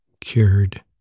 cured